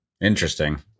Interesting